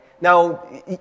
Now